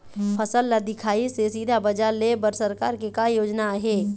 फसल ला दिखाही से सीधा बजार लेय बर सरकार के का योजना आहे?